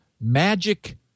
magic